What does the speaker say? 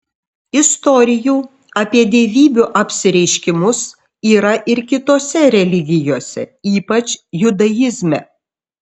istorijų apie dievybių apsireiškimus yra ir kitose religijose ypač judaizme